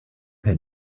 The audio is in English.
had